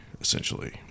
essentially